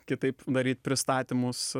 kitaip daryt pristatymus